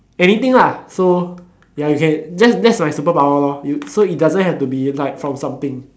anything lah so ya you can that that's my superpower lor you so it doesn't have to be like from something